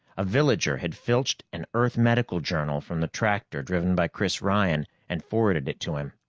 a villager had filched an earth medical journal from the tractor driven by chris ryan and forwarded it to him.